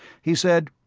he said,